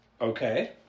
Okay